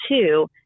two